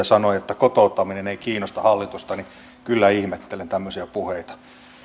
sanoi että kotouttaminen ei kiinnosta hallitusta niin kyllä ihmettelen tämmöisiä puheita